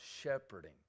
shepherding